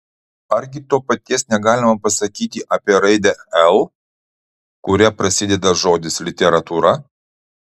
argi to paties negalima pasakyti apie raidę l kuria prasideda žodis literatūra